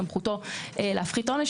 סמכותו להפחית עונש,